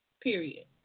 period